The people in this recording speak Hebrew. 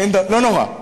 לא נורא,